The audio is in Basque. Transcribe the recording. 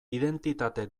identitate